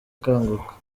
akanguka